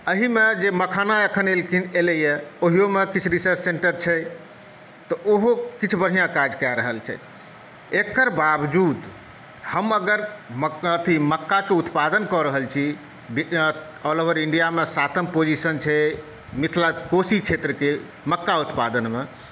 एहिमे जे मखाना एखन एलैए ओहिओमे किछु रिसर्च सेन्टर छै तऽ ओहो किछु बढ़िआँ काज कऽ रहल छै एकर वावजूद हम अगर मक्काके उत्पादन कऽ रहल छी ऑल ओवर इण्डियामे सातम पोजीशन छै मिथिलाके कोशी क्षेत्रके मक्का उत्पादनमे